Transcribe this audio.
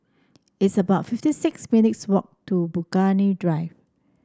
it's about fifty six minutes' walk to Burgundy Drive